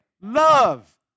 Love